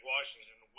Washington